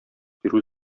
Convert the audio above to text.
бирү